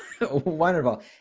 Wonderful